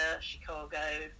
*Chicago*